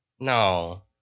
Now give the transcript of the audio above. No